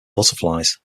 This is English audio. butterflies